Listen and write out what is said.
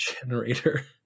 generator